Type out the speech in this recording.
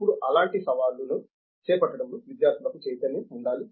ఇప్పుడు అలాంటి సవాలును చేపట్టడంలో విద్యార్థులకు చైతన్యం ఉండాలి